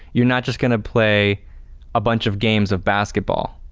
you're not just going to play a bunch of games of basketball.